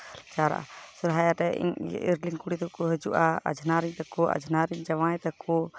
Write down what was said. ᱥᱚᱨᱦᱟᱭ ᱨᱮ ᱤᱧ ᱤᱨᱤᱞᱤᱧ ᱠᱩᱲᱤ ᱛᱟᱠᱚ ᱠᱚ ᱦᱟᱹᱡᱩᱜᱼᱟ ᱟᱡᱷᱱᱟᱨᱤᱧ ᱛᱟᱠᱚ ᱟᱡᱷᱱᱟᱨᱤᱧ ᱡᱟᱶᱟᱭ ᱛᱟᱠᱚ